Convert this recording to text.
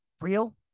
real